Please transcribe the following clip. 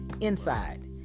inside